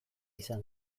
izan